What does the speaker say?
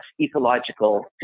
ecological